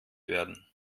werden